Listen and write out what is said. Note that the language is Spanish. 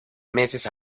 meses